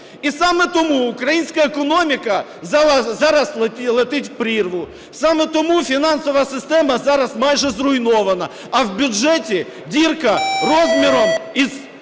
І саме тому українська економіка зараз летить в прірву, саме тому фінансова система зараз майже зруйнована, а в бюджеті дірка розміром із